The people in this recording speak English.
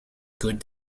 could